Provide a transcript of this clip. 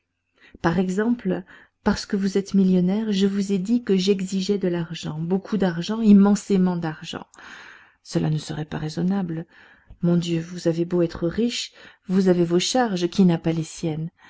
par exemple parce que vous êtes millionnaire je vous ai dit que j'exigeais de l'argent beaucoup d'argent immensément d'argent cela ne serait pas raisonnable mon dieu vous avez beau être riche vous avez vos charges qui n'a pas les siennes